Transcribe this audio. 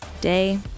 day